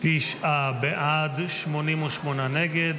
תשעה בעד, 88 נגד.